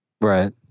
Right